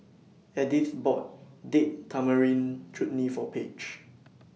Edyth bought Date Tamarind Chutney For Page